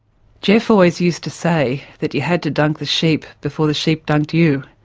geoff always used to say that you had to dunk the sheep before the sheep dunked you.